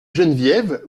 geneviève